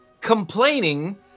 complaining